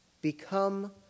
Become